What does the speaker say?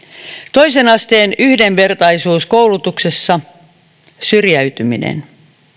toisen asteen yhdenvertaisuus koulutuksessa syrjäytyminen